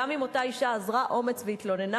גם אם אותה אשה אזרה אומץ והתלוננה,